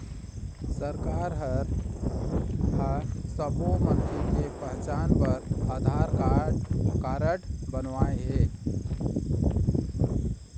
सरकार ह सब्बो मनखे के पहचान बर आधार कारड बनवाए हे